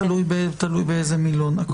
תלוי באיזה מילון.